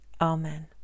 Amen